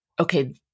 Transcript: okay